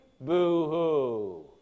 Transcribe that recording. Boo-hoo